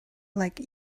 like